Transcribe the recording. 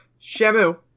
Shamu